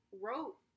wrote